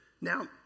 Now